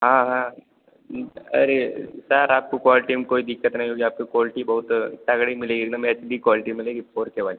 हाँ हाँ अरे सर आपको क्वालटी में कोई दिक्कत नहीं होगी आपको क्वालटी बहुत तगड़ी मिलेगी एकदम एच डी क्वालटी मिलेगी फोर के वाली